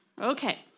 Okay